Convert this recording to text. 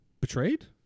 betrayed